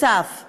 נוסף על כך,